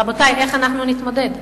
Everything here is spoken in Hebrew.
רבותי, איך אנחנו נתמודד?